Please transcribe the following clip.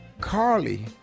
Carly